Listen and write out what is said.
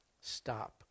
Stop